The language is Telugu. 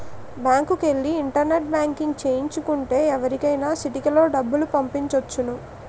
బ్యాంకుకెల్లి ఇంటర్నెట్ బ్యాంకింగ్ సేయించు కుంటే ఎవరికైనా సిటికలో డబ్బులు పంపొచ్చును